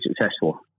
successful